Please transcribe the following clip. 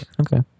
Okay